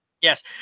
Yes